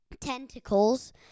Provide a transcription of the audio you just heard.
tentacles